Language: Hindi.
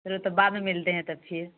चलो तब बाद में मिलते हैं तब फिर